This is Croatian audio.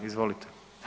Izvolite.